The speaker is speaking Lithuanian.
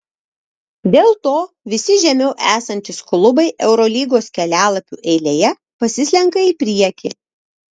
dėl to visi žemiau esantys klubai eurolygos kelialapių eilėje pasislenka į priekį